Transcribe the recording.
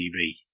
TV